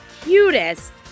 cutest